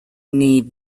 need